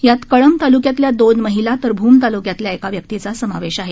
यात कळंब तालुक्यातल्या दोन महिला तर भूम तालुक्यातल्या एका व्यक्तीचा समावेश आहे